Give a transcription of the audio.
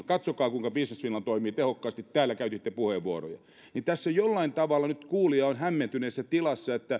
katsokaa kuinka business finland toimii tehokkaasti täällä käytitte siitä puheenvuoroja niin että tässä jollain tavalla nyt kuulija on hämmentyneessä tilassa siitä